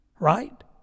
right